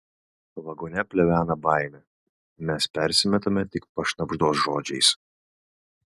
vagone plevena baimė mes persimetame tik pašnabždos žodžiais